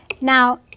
now